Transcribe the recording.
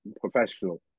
professional